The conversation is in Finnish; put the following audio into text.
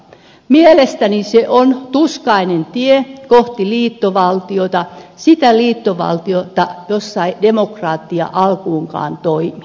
mielestäni se on tuskainen tie kohti liittovaltiota sitä liittovaltiota jossa ei demokratia alkuunkaan toimi